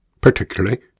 particularly